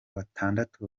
batandatu